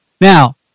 now